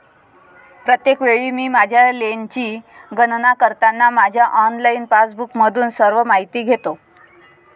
प्रत्येक वेळी मी माझ्या लेनची गणना करताना माझ्या ऑनलाइन पासबुकमधून सर्व माहिती घेतो